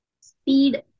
speed